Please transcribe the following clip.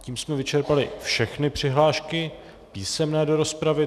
Tím jsme vyčerpali všechny přihlášky písemné do rozpravy.